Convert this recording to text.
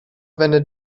wendet